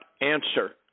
answer